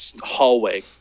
hallway